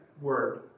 word